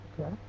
Okay